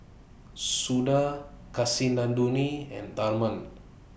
Suda Kasinadhuni and Tharman